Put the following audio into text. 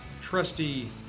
trusty